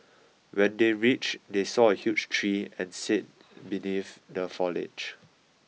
when they reach they saw a huge tree and sat beneath the foliage